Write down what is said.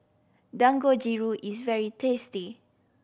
dangojiru is very tasty